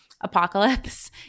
apocalypse